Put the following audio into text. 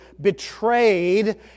betrayed